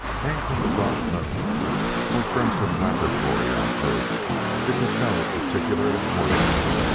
came from the dark moon or from some laboratory on earth is of no particular importance.